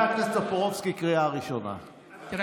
הכנסת טופורובסקי, די, די.